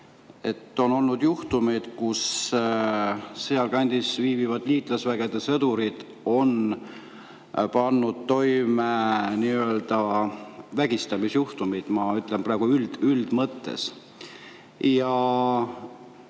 et on olnud juhtumeid, kus sealkandis viibivad liitlasvägede sõdurid on pannud toime nii-öelda vägistamisjuhtumeid. Ma ütlen praegu üldises mõttes. Ja